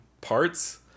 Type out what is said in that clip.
parts